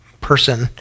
person